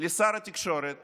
לשר התקשורת